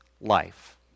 life